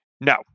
No